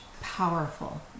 powerful